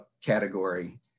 category